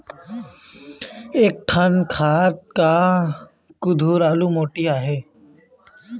एक ठन खार म कुधरालू माटी आहे?